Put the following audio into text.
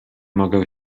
mogę